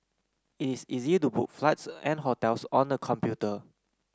it is easy to book flights and hotels on the computer